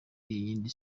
yindi